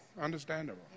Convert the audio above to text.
Understandable